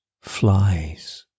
Flies